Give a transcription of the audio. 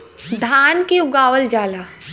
धान के उगावल जाला